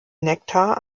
nektar